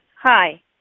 Hi